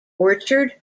orchard